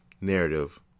narrative